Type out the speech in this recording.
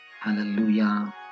Hallelujah